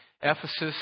Ephesus